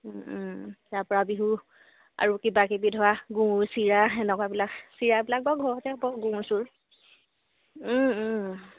তাৰ পৰা বিহু আৰু কিবাকিবি ধৰা গুৰ চিৰা এনেকুৱাবিলাক চিৰাাবিলাক বাৰু ঘৰতে হব গুৰ চুৰ